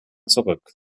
zurück